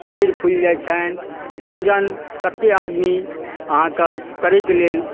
शरीर फूलि जाइ छनि भोजन कते आदमी अहाँके करैके लेल